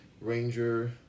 Ranger